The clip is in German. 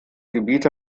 gebiet